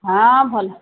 ହଁ ଭଲ